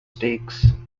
stakes